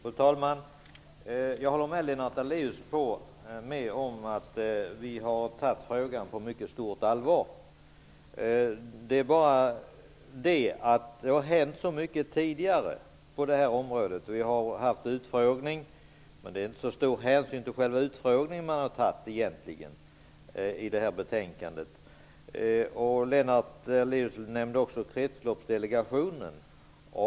Fru talman! Jag håller med Lennart Daléus om att vi har tagit frågan på mycket stort allvar. Det är bara det att det har hänt så mycket tidigare på det här området. Vi har haft utfrågning, men man har egentligen inte tagit så stor hänsyn till själva utfrågningen i det här betänkandet. Lennart Daléus nämnde också kretsloppsdelegationen.